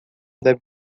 deve